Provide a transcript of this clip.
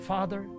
Father